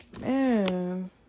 Man